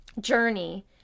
journey